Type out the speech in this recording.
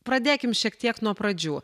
pradėkim šiek tiek nuo pradžių